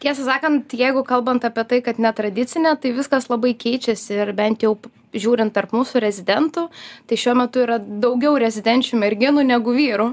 tiesą sakant jeigu kalbant apie tai kad netradicinė tai viskas labai keičiasi ir bent jau žiūrint tarp mūsų rezidentų tai šiuo metu yra daugiau rezidenčių merginų negu vyrų